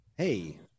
hey